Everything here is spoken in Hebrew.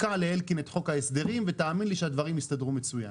תתקע לאלקין את חוק ההסדרים ותאמין לי שהדברים יסתדרו מצוין.